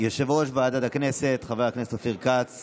יושב-ראש ועדת הכנסת חבר הכנסת אופיר כץ